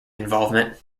involvement